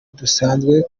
dusanzwe